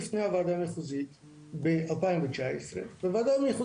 בפסק הדין ב-2019 על פתיחת המטמנה נאמר